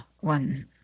one